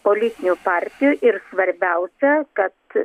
politinių partijų ir svarbiausia kad